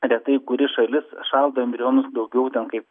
retai kuri šalis šaldo embrionus daugiau ten kaip